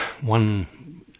One